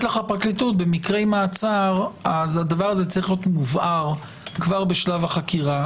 הפרקליטות: הדבר הזה צריך להיות מובהר כבר בשלב החקירה.